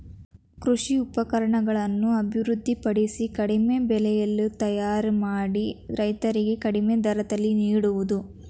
ಕೃಷಿ ಉಪಕರಣಗಳನ್ನು ಅಭಿವೃದ್ಧಿ ಪಡಿಸಿ ಕಡಿಮೆ ಬೆಲೆಯಲ್ಲಿ ತಯಾರ ಮಾಡಿ ರೈತರಿಗೆ ಕಡಿಮೆ ದರದಲ್ಲಿ ನಿಡುವುದು